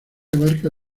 abarca